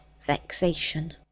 vexation